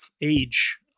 age